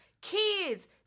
Kids